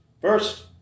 first